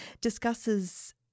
discusses